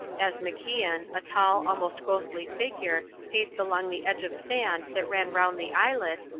as macian, a tall, almost ghostly figure, paced along the edge of sand that ran round the islet,